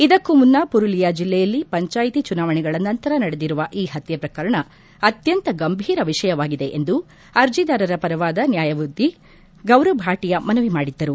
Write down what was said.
ಇದಕ್ಕೂ ಮುನ್ನ ಪುರುಲಿಯಾ ಜಿಲ್ಲೆಯಲ್ಲಿ ಪಂಚಾಯಿತಿ ಚುನಾವಣೆಗಳ ನಂತರ ನಡೆದಿರುವ ಈ ಹತ್ಯೆ ಪ್ರಕರಣ ಅತ್ಯಂತ ಗಂಭೀರ ವಿಷಯವಾಗಿದೆ ಎಂದು ಅರ್ಜಿದಾರರ ಪರವಾದ ನ್ಯಾಯವಾದಿ ಗೌರವ್ ಭಾಟಿಯಾ ಮನವಿ ಮಾಡಿದ್ದರು